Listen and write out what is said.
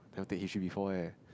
never take history before eh